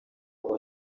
ngo